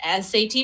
sat